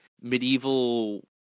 medieval